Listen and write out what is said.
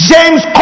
James